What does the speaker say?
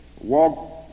walk